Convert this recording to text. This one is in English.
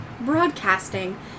broadcasting